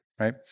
Right